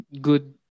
good